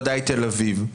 ודאי תל אביב.